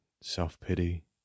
self-pity